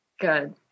Good